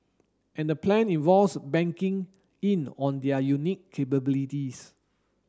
and the plan involves banking in on their unique capabilities